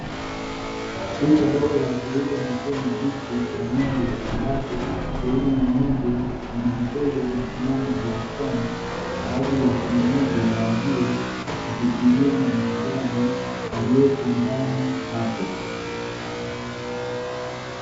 Duka dogo la kuuza maziwa mabichi ya ng'ombe, ambapo sehemu ya nje kuna mteja amesimama dirishani, kwa ajili ya kununua bidhaa hiyo, akipimiwa na muuzaji aliyepo ndani hapo.